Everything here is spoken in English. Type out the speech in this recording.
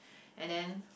and then